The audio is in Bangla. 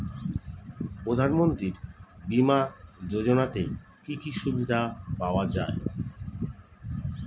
প্রধানমন্ত্রী বিমা যোজনাতে কি কি সুবিধা পাওয়া যায়?